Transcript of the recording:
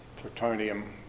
plutonium